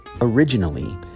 originally